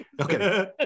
Okay